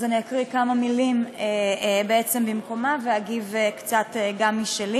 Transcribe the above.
אז אני אקריא כמה מילים במקומה וגם אביא קצת משלי.